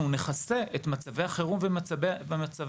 אנחנו נכסה את מצבי החירום ואת מצבי